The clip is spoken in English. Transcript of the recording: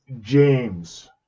James